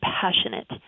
passionate